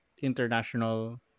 International